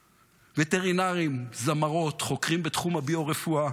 וטרינרים, זמרות, חוקרים בתחום הביו-רפואה,